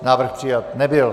Návrh přijat nebyl.